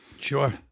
Sure